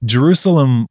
Jerusalem